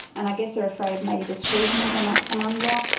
and i guess they're afraid of maybe the scrutiny they might come under,